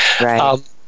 Right